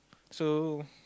so